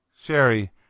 Sherry